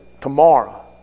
tomorrow